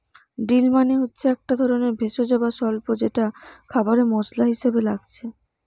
deal মানে হচ্ছে একটা ধরণের ভেষজ বা স্বল্প যেটা খাবারে মসলা হিসাবে লাগছে